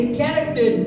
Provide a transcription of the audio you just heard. character